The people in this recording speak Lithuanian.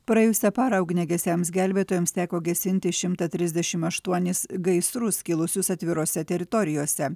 praėjusią parą ugniagesiams gelbėtojams teko gesinti šimtą trisdešim aštuonis gaisrus kilusius atvirose teritorijose